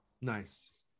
Nice